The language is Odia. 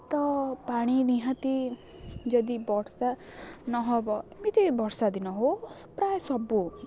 ତ ପାଣି ନିହାତି ଯଦି ବର୍ଷା ନ ହେବ ଏମିତି ବି ବର୍ଷା ଦିନ ହେଉ ପ୍ରାୟ ସବୁ